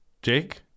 Jake